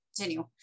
continue